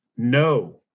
No